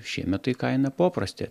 šiemet tai kaina poprastė